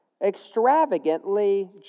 extravagantly